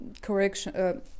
correction